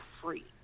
free